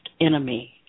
enemy